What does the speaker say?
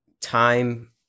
time